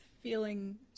feeling